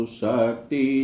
sakti